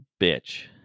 bitch